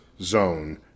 zone